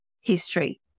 history